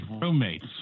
roommates